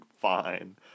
fine